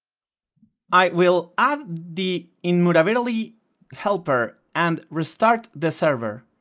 i will add the immutability helper and restart the server